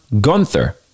Gunther